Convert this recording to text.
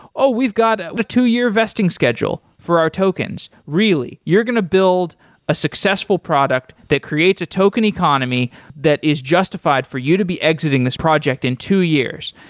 ah we've got a two year vesting schedule for our tokens. really? you're going to build a successful product that creates a token economy that is justified for you to be exiting this project in two years.